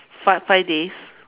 five five days